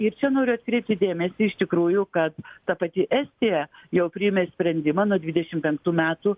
ir čia noriu atkreipti dėmesį iš tikrųjų kad ta pati estija jau priėmė sprendimą nuo dvidašim penktų metų